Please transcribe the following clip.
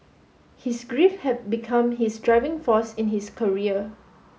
his grief had become his driving force in his career